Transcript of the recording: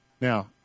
Now